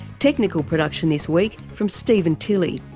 technical production this week from steven tilley,